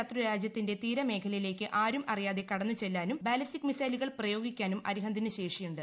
ശത്രുരാജ്യത്തിന്റെ തീരമേഖല യിലേയ്ക്ക് ആരും അറിയാതെ കടന്നു ചെല്ലാനും ബാലിസ്റ്റിക് മിസൈലുകൾ പ്രയോഗിക്കാനും അരിഹന്തിനു ശേഷിയുണ്ട്